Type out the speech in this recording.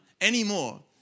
anymore